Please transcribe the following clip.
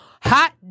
hot